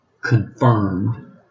confirmed